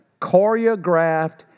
choreographed